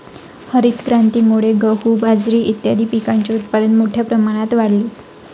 हरितक्रांतीमुळे गहू, बाजरी इत्यादीं पिकांचे उत्पादन मोठ्या प्रमाणात वाढले